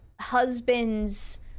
husbands